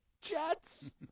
jets